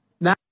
Now